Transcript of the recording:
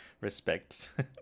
respect